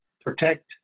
protect